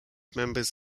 members